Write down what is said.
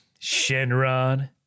Shenron